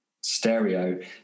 stereo